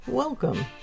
Welcome